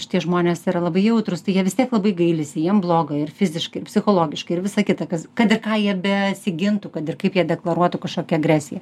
šitie žmonės yra labai jautrūs tai jie vis tiek labai gailisi jiem bloga ir fiziškai ir psichologiškai ir visa kita kas kad ir ką jie besigintų kad ir kaip jie deklaruotų kažkokią agresiją